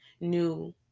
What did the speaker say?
new